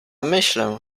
myślę